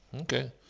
Okay